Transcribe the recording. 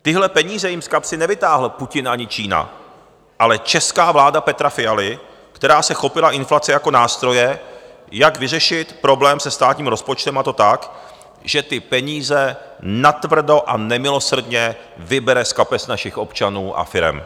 Tyhle peníze jim z kapsy nevytáhl Putin ani Čína, ale česká vláda Petra Fialy, která se chopila inflace jako nástroje, jak vyřešit problém se státním rozpočtem, a to tak, že ty peníze natvrdo a nemilosrdně vybere z kapes našich občanů a firem.